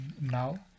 now